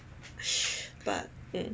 but eh